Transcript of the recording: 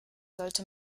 sollte